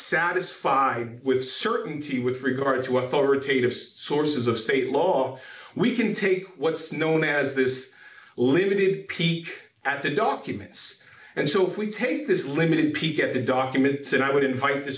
satisfied with certainty with regard to what orotate of sources of state law we can take what's known as this limited peek at the documents and so if we take this limited peek at the documents and i would invite th